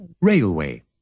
Railway